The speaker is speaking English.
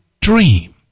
dream